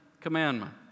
Commandment